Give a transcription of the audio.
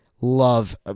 love